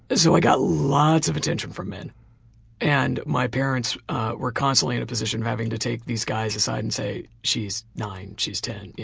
so i got lots of attention from men and my parents were constantly in a position of having to take these guys aside and say she's nine, she's ten,